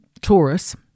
Taurus